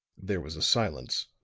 there was a silence.